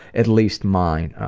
at least mine. oh,